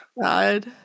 God